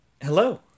hello